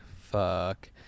fuck